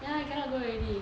you I cannot go already